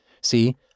see